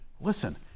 Listen